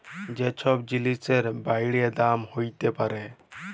যে ছব জিলিসের বাইড়ে দাম হ্যইতে পারে